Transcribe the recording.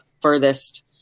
furthest